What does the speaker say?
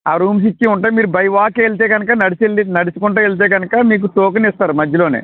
ఆ రూమ్స్ ఇచ్చేవి ఉంటాయి మీరు బై వాక్ వెళితే కనుక నడిచి వెళ్ళి నడుచుకుంటూ వెళితే కనుక మీకు టోకెన్ ఇస్తారు మధ్యలోనే